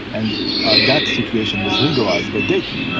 and that situation was legalised by dayton,